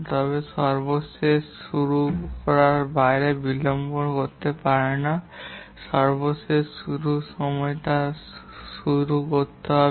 তবে এটি সর্বশেষ শুরুর বাইরে খুব বেশি বিলম্ব করতে পারে না সর্বশেষ শুরুর সময় দিয়ে শুরু করতে হবে